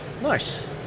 Nice